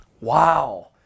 wow